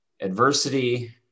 Adversity